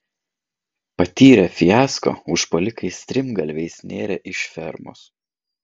patyrę fiasko užpuolikai strimgalviais nėrė iš fermos